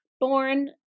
born